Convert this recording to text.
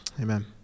amen